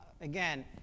again